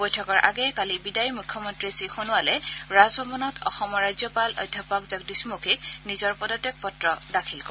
বৈঠকৰ আগেয়ে কালি বিদায়ী মুখ্যমন্তী শ্ৰীসোণোৱালে ৰাজভৱনত অসমৰ ৰাজ্যপাল অধ্যাপক জগদীশ মুখীক নিজৰ পদত্যাগ পত্ৰ দাখিল কৰে